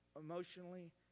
emotionally